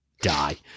die